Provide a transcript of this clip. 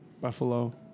Buffalo